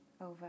over